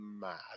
mad